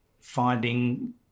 finding